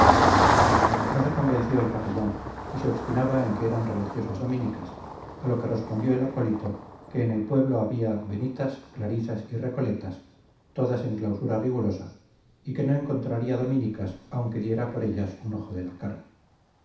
no se convenció el capellán y se obstinaba en que eran religiosas dominicas a lo que respondió el acólito que en el pueblo había benitas clarisas y recoletas todas en clausura rigurosa y que no encontraría dominicas aunque diera por ellas un ojo de la cara